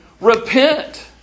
repent